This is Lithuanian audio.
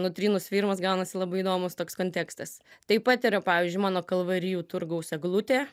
nutrynus firmos gaunasi labai įdomūs toks kontekstas taip pat yra pavyzdžiui mano kalvarijų turgaus eglutė